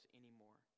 anymore